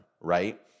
Right